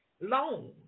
loan